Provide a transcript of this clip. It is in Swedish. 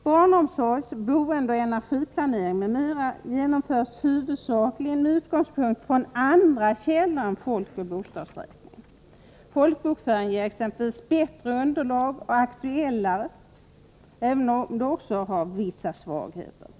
Barnomsorgs-, boendeoch energiplanering m.m. genomförs huvudsakligen med utgångspunkt i andra källor än FoB. Folkbokföringen ger exempelvis bättre och aktuellare underlag, även om den också har vissa svagheter.